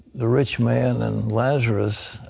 the rich man and lazarus,